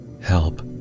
Help